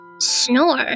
Snore